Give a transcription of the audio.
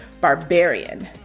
barbarian